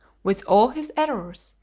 with all his errors,